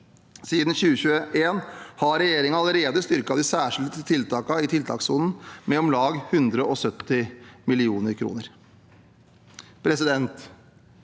Siden 2021 har regjeringen allerede styrket de særskilte tiltakene i tiltakssonen med om lag 170 mill. kr. Klimakrisen